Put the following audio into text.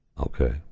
Okay